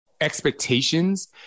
expectations